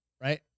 Right